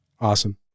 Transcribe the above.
Awesome